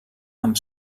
amb